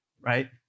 right